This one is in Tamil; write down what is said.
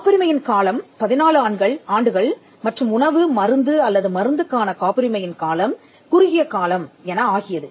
காப்புரிமையின் காலம் 14 ஆண்டுகள் மற்றும் உணவு மருந்து அல்லது மருந்துக்கான காப்புரிமையின் காலம் குறுகிய காலம் என ஆகியது